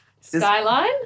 skyline